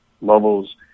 levels